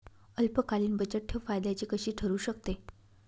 अल्पकालीन बचतठेव फायद्याची कशी ठरु शकते?